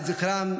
לזכרם,